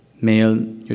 male